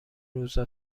روزا